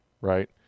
right